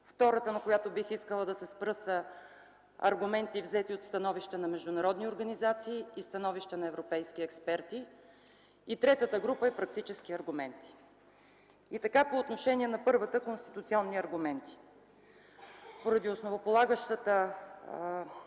втората, на която бих искала да се спра, са аргументи, взети от становища на международни организации и становища на европейски експерти; и третата група са практически аргументи. И така, по отношение на първата – конституционни аргументи. Поради основополагащата